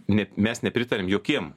ne mes nepritariam jokiem